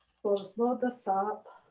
we'll just load this up.